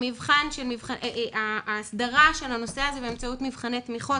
משרד החינוך הוביל את ההסדרה של הנושא הזה באמצעות מבחני תמיכות